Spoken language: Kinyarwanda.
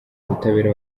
ubutabera